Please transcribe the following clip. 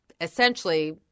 essentially